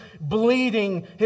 bleeding